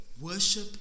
worship